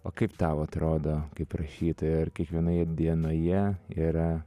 o kaip tau atrodo kaip rašytojai ar kiekvienoje dienoje yra